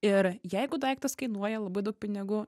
ir jeigu daiktas kainuoja labai daug pinigų